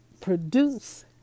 produce